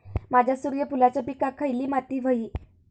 माझ्या सूर्यफुलाच्या पिकाक खयली माती व्हयी?